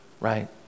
right